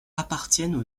appartiennent